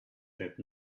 that